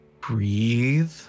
breathe